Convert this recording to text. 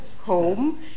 home